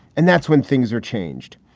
and that's when things are changed.